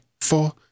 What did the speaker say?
four